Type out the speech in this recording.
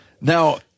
Now